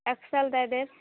Excel दय देब